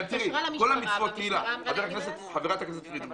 היא התקשרה למשטרה והמשטרה אמרה לה --- חברת הכנסת פרידמן,